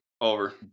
Over